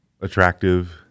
attractive